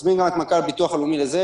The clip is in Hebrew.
מזמין גם את מנכ"ל הביטוח הלאומי לזה,